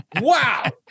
wow